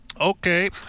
Okay